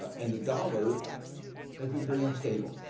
and dollar has been very unstable.